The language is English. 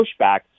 pushback